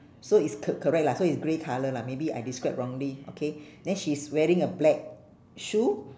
so it's c~ correct lah so it's grey colour lah maybe I describe wrongly okay then she's wearing a black shoe